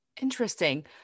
Interesting